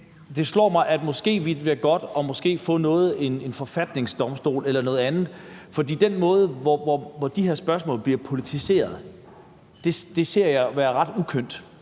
en novice – at det måske ville være godt at få en forfatningsdomstol eller noget andet. For den måde, de her spørgsmål bliver politiseret på, ser jeg som noget ret uskønt,